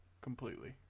completely